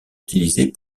utilisée